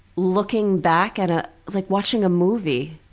looking back at, ah like watching a movie